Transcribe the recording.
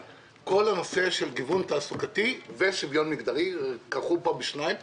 כמעט 70% עומדות בכל התנאים ובכל זאת רק 3% מהן